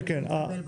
כן, כן.